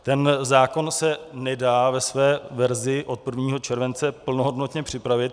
Ten zákon se nedá ve své verzi od 1. července plnohodnotně připravit.